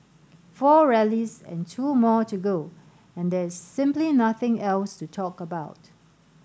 four rallies and two more to go and there is simply nothing else to talk about